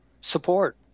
support